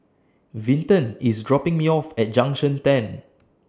Vinton IS dropping Me off At Junction ten